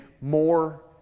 more